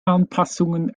anpassungen